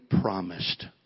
promised